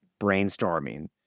brainstorming